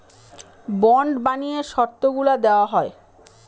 bond বানিয়ে শর্তগুলা দেওয়া হয়